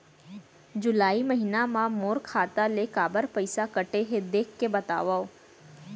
जुलाई महीना मा मोर खाता ले काबर पइसा कटे हे, देख के बतावव?